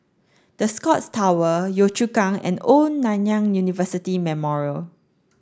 The Scotts Tower Yio Chu Kang and Old Nanyang University Memorial